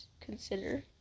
consider